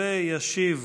ישיב